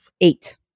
Eight